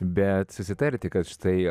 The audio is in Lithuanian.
bet susitarti kad štai